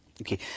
Okay